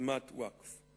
אדמת ווקף.